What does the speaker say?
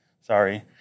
Sorry